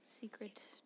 secret